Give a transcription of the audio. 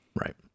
Right